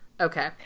Okay